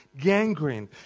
gangrene